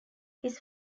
his